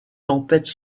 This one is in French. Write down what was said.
tempête